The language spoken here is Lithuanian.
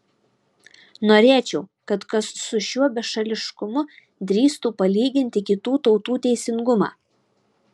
norėčiau kad kas su šiuo bešališkumu drįstų palyginti kitų tautų teisingumą